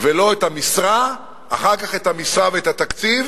ולא את המשרה, ואחר כך את המשרה ואת התקציב.